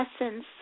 essence